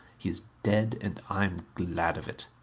he is dead and i'm glad of it.